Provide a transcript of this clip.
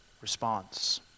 response